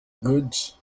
goods